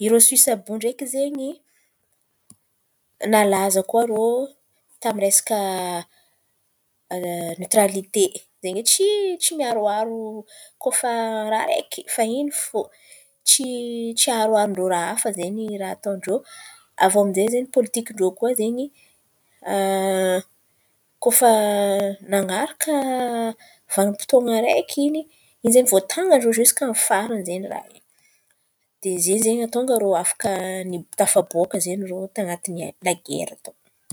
Irô Soisy àby iô ndraiky izen̈y, nalaza koa irô tamin'ny resaka netiralite, zany hoe tsy miaroaro kô fa raha araiky fa in̈y fô, tsy tsy aroaron-drô raha hafa zen̈y raha ataon-drô. Avô aminjay zen̈y pôlitikin-drô koa zen̈y koa fa nan̈araka vanimpotoana araiky in̈y voatanan-drô ziska amin'ny farany zen̈y raha io. De zen̈y mahatonga irô tafaboaka zen̈y tanaty la gera.